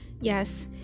yes